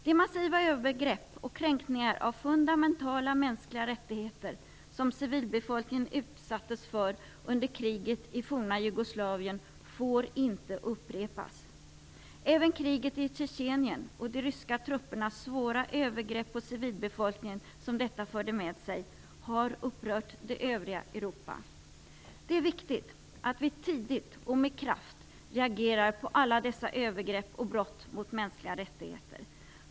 De massiva övergrepp och kränkningar av fundamentala mänskliga rättigheter som civilbefolkningen utsattes för under kriget i forna Jugoslavien får inte upprepas. Även kriget i Tjetjenien och de ryska truppernas svåra övergrepp på civilbefolkningen som detta förde med sig har upprört det övriga Europa. Det är viktigt att vi tidigt och med kraft reagerar på alla dessa övergrepp och brott mot mänskliga rättigheter.